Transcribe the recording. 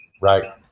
Right